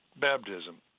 baptism